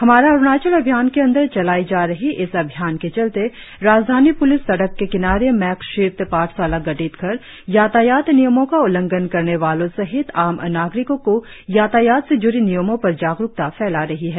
हमारा अरुणाचल अभियान के अंदर चलाई जा रही इस अभियान के चलते राजधानी प्लिस सड़क के किनारे मेकशीफ्ट पाठशाला गठित कर यातायात नियमों का उल्लंघन करने वालो सहित आम नागरिकों को यातायात से ज्ड़ी नियमो पर जागरुकता फैला रही है